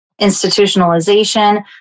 institutionalization